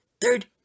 Third